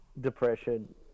depression